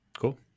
Cool